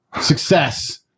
success